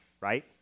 right